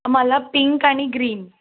मला पिंक आणि ग्रीन